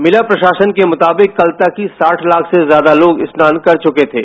मेला प्रशासन के मुताबिक कल तक साठ लाख से ज्यादा लोग स्नान कर चुके थे